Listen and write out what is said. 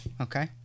Okay